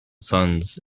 sons